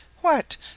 What